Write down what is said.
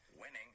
Winning